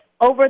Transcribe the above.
over